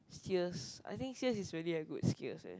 serious I think sales is really a good skills eh